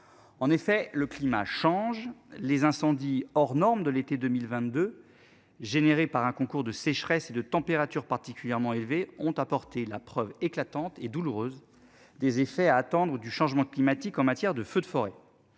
En effet, le climat change les incendies hors norme de l'été 2022 générée par un concours de sécheresse et de températures particulièrement élevées ont apporté la preuve éclatante et douloureuse des effets à attendre du changement climatique en matière de feux de forêt.